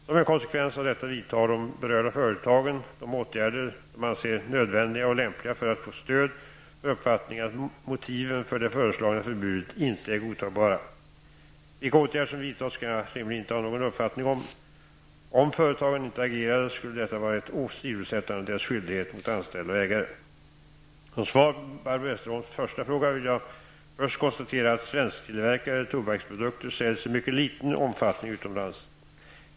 Som en konsekvens av detta vidtar de berörda företagen de åtgärder de anser nödvändiga och lämpliga för att få stöd för uppfattningen att motiven för det föreslagna förbudet inte är godtagbara. Vilka åtgärder som vidtas kan jag rimligen inte ha någon uppfattning om. Om företagen inte agerade skulle detta vara ett åsidosättande av deras skyldighet mot anställda och ägare. Som svar på Barbro Westerholms första fråga vill jag först konstatera att svensktillverkade tobaksprodukter säljs i mycket liten omfattning utomlands.